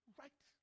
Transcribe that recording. right